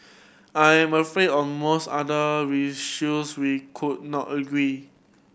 I am afraid on most other we could not agree